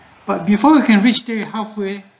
but before you can reach halfway